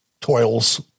toils